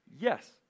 Yes